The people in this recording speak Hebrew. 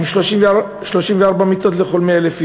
34 מיטות לכל 100,000 איש.